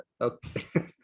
Okay